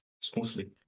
smoothly